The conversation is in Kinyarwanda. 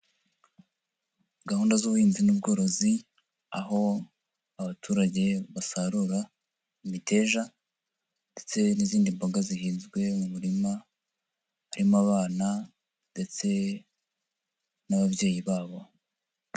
Gahunda z'ubuhinzi n'ubworozi aho abaturage basarura imiteja ndetse n'izindi mboga zihinzwe mu murima, harimo abana ndetse n'ababyeyi babo.